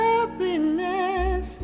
Happiness